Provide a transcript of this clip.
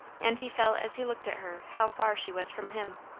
and he felt as he looked at her, how far she was from him.